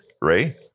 Ray